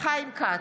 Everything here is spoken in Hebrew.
חיים כץ,